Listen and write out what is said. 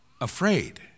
afraid